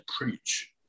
preach